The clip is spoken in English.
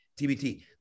TBT